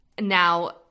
Now